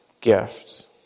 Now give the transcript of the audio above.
gifts